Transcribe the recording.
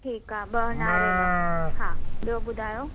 ठीकु आहे ॿ नारेल हा ॿियो ॿुधायो